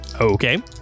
Okay